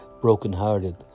brokenhearted